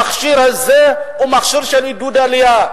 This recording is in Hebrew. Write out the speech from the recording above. המכשיר הזה הוא מכשיר של עידוד עלייה.